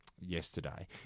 yesterday